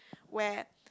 where